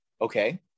okay